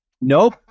nope